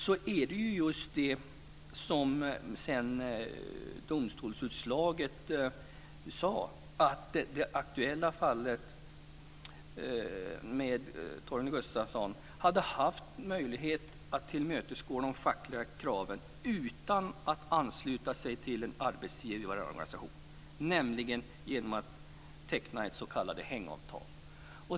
Av domstolsutslaget framgick det att Gustafsson i det aktuella fallet hade haft möjlighet att tillmötesgå de fackliga kraven utan att ansluta sig till en arbetsgivarorganisation, nämligen genom att teckna ett s.k. hängavtal.